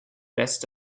rest